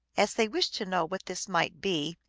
as they wished to know what this might be,